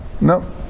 No